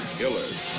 killers